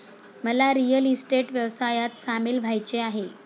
मला real estate व्यवसायात सामील व्हायचे आहे